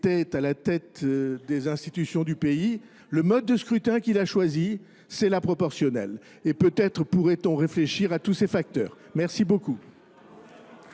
était à la tête des institutions du pays, le mode de scrutin qu'il a choisi, c'est la proportionnelle. Et peut-être pourrait-on réfléchir à tous ces facteurs. Merci beaucoup.